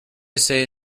say